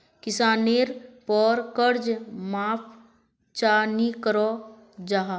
किसानेर पोर कर्ज माप चाँ नी करो जाहा?